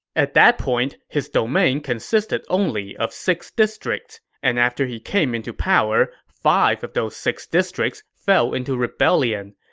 at that point, his domain consisted only of six districts, and after he came into power, five of those six districts fell into rebellion.